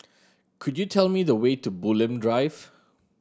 could you tell me the way to Bulim Drive